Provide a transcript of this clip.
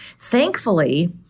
Thankfully